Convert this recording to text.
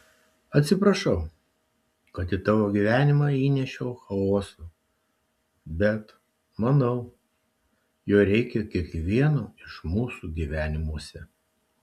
atsiprašau kad į tavo gyvenimą įnešiau chaoso bet manau jo reikia kiekvieno iš mūsų gyvenimuose